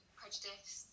prejudice